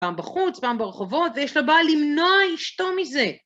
פעם בחוץ, פעם ברחובות, ויש לבעל למנוע אשתו מזה.